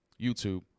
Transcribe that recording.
YouTube